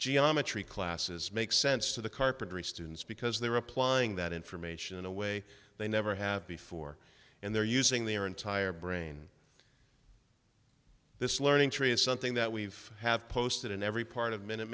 geometry classes make sense to the carpentry students because they're applying that information in a way they never have before and they're using their entire brain this learning tree is something that we've have posted in every part of minute